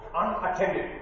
unattended